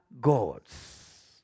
gods